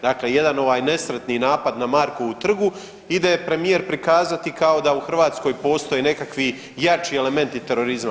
Dakle, jedan ovaj nesretni napad na Markovu trgu ide premijer prikazati kao da u Hrvatskoj postoje nekakvi jači elementi terorizma.